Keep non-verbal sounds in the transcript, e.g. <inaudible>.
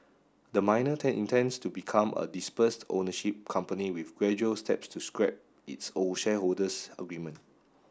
the miner <unintelligible> intends to become a dispersed ownership company with gradual steps to scrap its old shareholders agreement